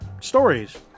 stories